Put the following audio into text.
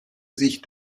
sich